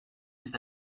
ist